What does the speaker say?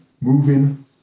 Moving